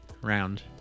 round